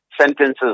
sentences